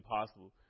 impossible